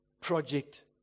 Project